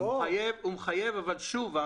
הוא מחייב אבל שוב,